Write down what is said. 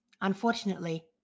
Unfortunately